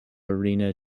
arena